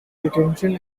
detention